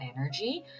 energy